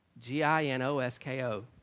G-I-N-O-S-K-O